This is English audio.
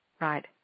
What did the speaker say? Right